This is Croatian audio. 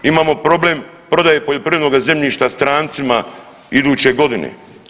Imamo problem prodaje poljoprivrednoga zemljišta strancima iduće godine.